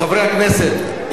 חברי הכנסת,